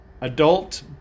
adult